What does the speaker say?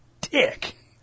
dick